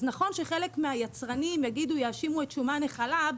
אז נכון שחלק מהיצרנים יאשימו את שומן החלב,